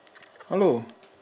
hello